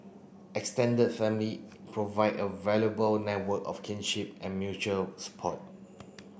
extended family provide a valuable network of kinship and mutual support